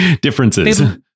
differences